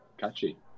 Catchy